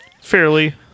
Fairly